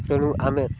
ତେଣୁ ଆମେ